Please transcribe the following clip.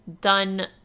done